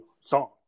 song